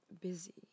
Busy